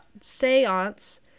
seance